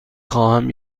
خواهم